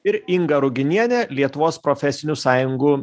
ir inga ruginienė lietuvos profesinių sąjungų